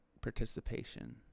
participation